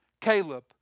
Caleb